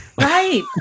Right